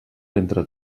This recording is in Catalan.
entre